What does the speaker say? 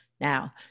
Now